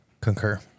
Concur